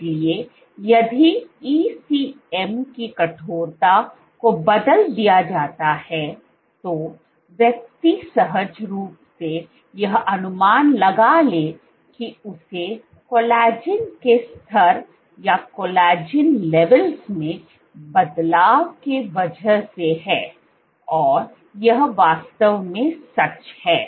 इसलिए यदि ECM की कठोरता को बदल दिया जाता है तो व्यक्ति सहज रूप से यह अनुमान लगा लेगें कि उसे कोलेजन के स्तर में बदलाव के वजह से है और यह वास्तव में सच है